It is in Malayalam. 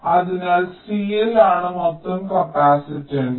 അതിനാൽ CL ആണ് മൊത്തം കപ്പാസിറ്റൻസ്